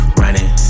running